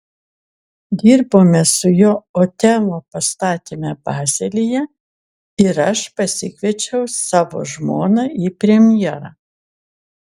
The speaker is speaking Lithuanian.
dirbome su juo otelo pastatyme bazelyje ir aš pasikviečiau savo žmoną į premjerą